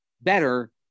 better